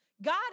God